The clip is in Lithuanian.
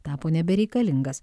tapo nebereikalingas